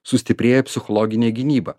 sustiprėja psichologinė gynyba